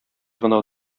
гына